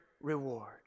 reward